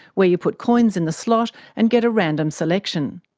where you put coins in the slot and get a random selection.